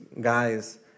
guys